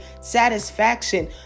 satisfaction